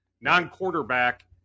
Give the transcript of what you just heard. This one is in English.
non-quarterback